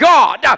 God